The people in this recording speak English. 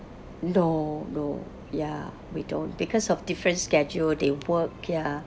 no no ya we don't because of different schedule they work ya